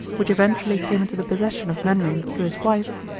which eventually came into the possession of mainwaring through his wife,